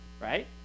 right